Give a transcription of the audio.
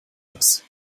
das